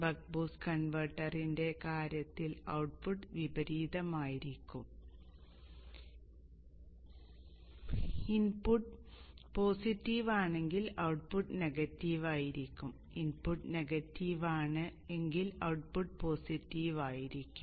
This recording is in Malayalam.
ബക്ക് ബൂസ്റ്റ് കൺവെർട്ടറിന്റെ കാര്യത്തിൽ ഔട്ട്പുട്ട് വിപരീതമായിരിക്കും ഇൻപുട്ട് പോസിറ്റീവ് ആണെങ്കിൽ ഔട്ട്പുട്ട് നെഗറ്റീവ് ആയിരിക്കും ഇൻപുട്ട് നെഗറ്റീവ് ആണ് ഔട്ട്പുട്ട് പോസിറ്റീവ് ആയിരിക്കും